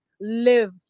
live